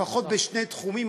לפחות בשני תחומים,